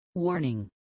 Warning